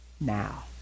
now